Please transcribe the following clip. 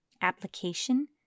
application